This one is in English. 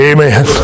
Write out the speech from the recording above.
Amen